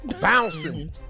bouncing